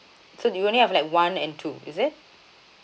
so you only have like one and two is it